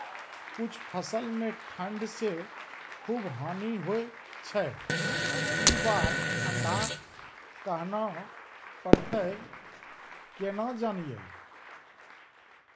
कुछ फसल मे ठंड से खूब हानि होय छैय ई बार ठंडा कहना परतै केना जानये?